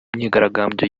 myigaragambyo